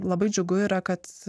labai džiugu yra kad